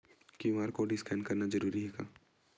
QR code scan करना जरूरी हे का?